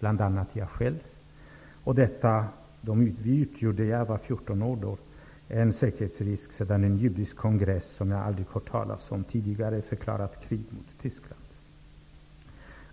-- bl.a. jag själv. Jag var då 14 år. Man hävdar att vi utgjorde en säkerhetsrisk sedan en judisk kongress, som jag aldrig har hört talas om tidigare, förklarat krig mot Tyskland.